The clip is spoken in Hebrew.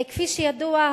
כפי שידוע,